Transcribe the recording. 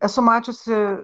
esu mačiusi